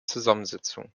zusammensetzung